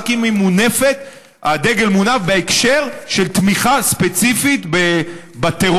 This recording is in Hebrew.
אלא רק אם הדגל מונף בהקשר של תמיכה ספציפית בטרור,